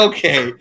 Okay